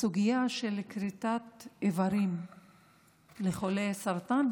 הסוגיה של כריתת איברים לחולי סרטן,